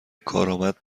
کارآمد